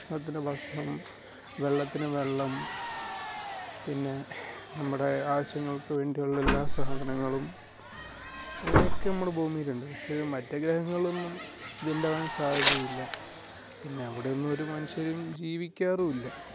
ഭക്ഷണത്തിന് ഭക്ഷണം വെള്ളത്തിന് വെള്ളം പിന്നെ ന മ്മുടെ ആവശ്യങ്ങൾക്ക് വേണ്ടിയുള്ള എല്ലാ സാധനങ്ങളും അങ്ങനെയൊക്കെ നമ്മുടെ ഭൂമിയിൽ ഉണ്ട് പക്ഷേ മറ്റു ഗ്രഹങ്ങളൊന്നും ഇത് ഉണ്ടാവാൻ സാധ്യതയില്ല പിന്നെ അവിടെ ഒന്നും ഒരു മനുഷ്യരും ജീവിക്കാറുമില്ല